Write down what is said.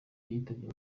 yitabye